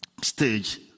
stage